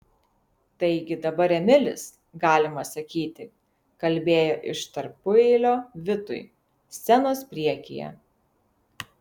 taigi dabar emilis galima sakyti kalbėjo iš tarpueilio vitui scenos priekyje